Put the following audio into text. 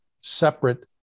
separate